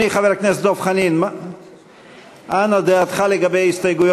חברי הכנסת, התוצאה היא: